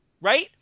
right